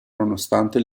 nonostante